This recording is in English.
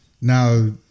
now